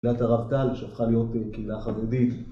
קהילת הרב טל שהפכה להיות קהילה חרדית